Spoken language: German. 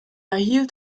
erhielt